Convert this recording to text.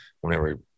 whenever